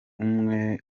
umwe